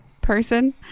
person